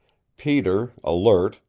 peter, alert,